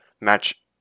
match